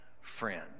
friend